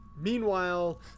Meanwhile